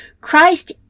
Christ